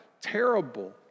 terrible